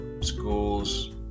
schools